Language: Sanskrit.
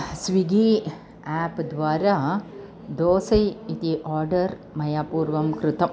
स्विगी आप् द्वारा दोसा इति ओर्डर् मया पूर्वं कृतम्